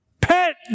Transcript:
pet